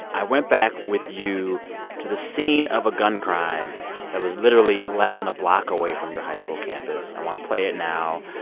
i went back with you to the scene of a gun crime that was literally less than a block away from your high school campus. i want to play it now.